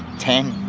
ten.